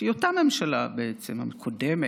שהיא אותה ממשלה בעצם, הקודמת,